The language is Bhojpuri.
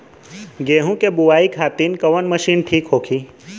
गेहूँ के बुआई खातिन कवन मशीन ठीक होखि?